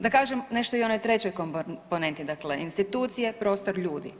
Da kažem nešto i o onoj trećoj komponenti, dakle institucije, prostor ljudi.